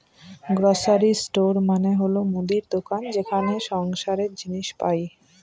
grocery store মানে হল মুদির দোকান যেখানে সংসারের জিনিস পাই